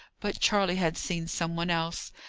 but charley had seen some one else,